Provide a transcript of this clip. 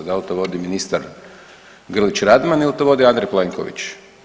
Da li to vodi ministar Grlić Radman ili to vodi Andrej Plenković?